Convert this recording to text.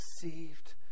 deceived